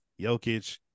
Jokic